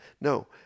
No